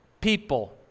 people